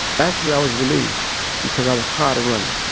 actually, i was relieved because i was tired of running.